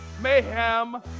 Mayhem